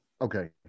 Okay